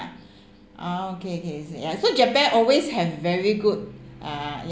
oh okay okay ya so japan always have very good uh